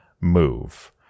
move